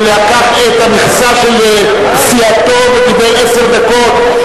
לקח את הזמן של סיעתו ודיבר עשר דקות,